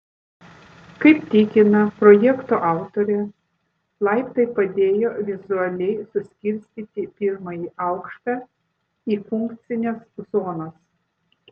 kaip tikina projekto autorė laiptai padėjo vizualiai suskirstyti pirmąjį aukštą į funkcines zonas